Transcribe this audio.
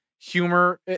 Humor